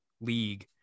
league